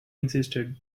insisted